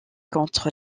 contre